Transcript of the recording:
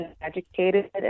educated